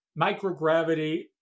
microgravity